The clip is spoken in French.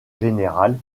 général